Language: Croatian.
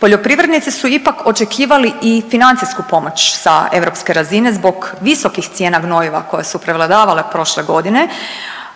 Poljoprivrednici su ipak očekivali i financijsku pomoć sa europske razine zbog visokih cijena gnojiva koje su prevladavale prošle godine,